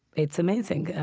it's amazing.